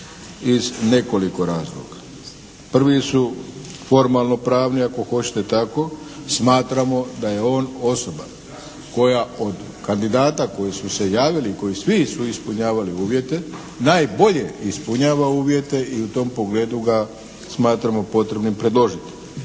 iz nekoliko razloga. Prvi su formalno pravni ako hoćete tako. Smatramo da je on osoba koja od kandidata koji su se javili, koji svi su ispunjavali uvjete najbolje ispunjava uvjete i u tom pogledu ga smatramo potrebnim predložiti